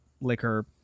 liquor